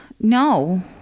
no